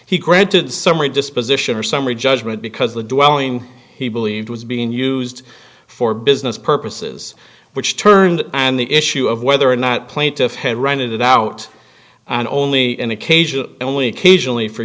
he granted summary disposition or summary judgment because the dwelling he believed was being used for business purposes which turned and the issue of whether or not plaintiff had rented it out and only an occasional only occasionally for